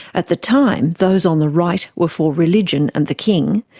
at the time, those on the right were for religion and the king,